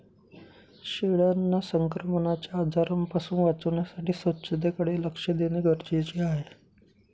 शेळ्यांना संक्रमणाच्या आजारांपासून वाचवण्यासाठी स्वच्छतेकडे लक्ष देणे गरजेचे आहे